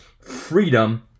freedom